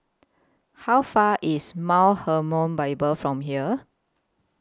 How Far away IS Mount Hermon Bible from here